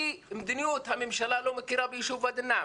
כי מדיניות הממשלה לא מכירה ביישוב ואדי נעם,